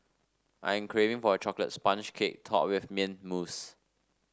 I am craving for a chocolate sponge cake topped with mint mousse